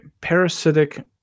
Parasitic